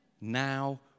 now